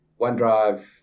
OneDrive